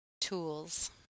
tools